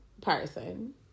person